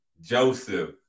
Joseph